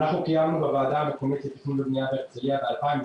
אנחנו קיימנו בוועדה המקומית לתכנון ובניה בהרצליה ב-2017